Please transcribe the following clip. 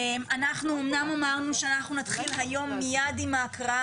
אנחנו אמנם אמרנו שאנחנו נתחיל היום מיד עם ההקראה,